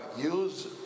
use